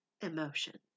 emotions